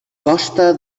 costa